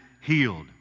healed